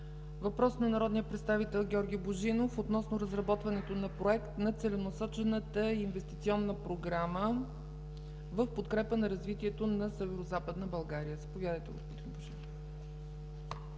Въпрос на народния представител Георги Божинов относно разработването на проект на Целенасочената инвестиционна програма в подкрепа на развитието на Северозападна България. Заповядайте, господин Божинов.